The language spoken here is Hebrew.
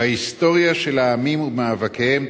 בהיסטוריה של העמים ובמאבקיהם,